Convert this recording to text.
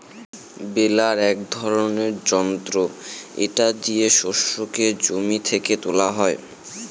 বেলার এক ধরনের যন্ত্র এটা দিয়ে শস্যকে জমি থেকে তোলা হয়